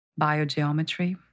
biogeometry